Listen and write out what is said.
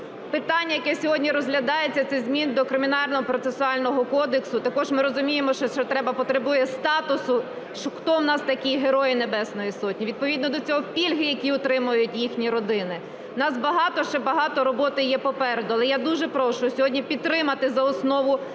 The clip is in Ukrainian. питання, яке сьогодні розглядається, це зміни до Кримінального процесуального кодексу, також ми розуміємо, що потребує статусу, хто в нас такі Герої Небесної Сотні, відповідно до цього пільги, які отримують їхні родини. В нас багато, ще багато роботи є попереду, але я дуже прошу сьогодні підтримати за основу